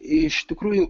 iš tikrųjų